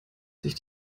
sich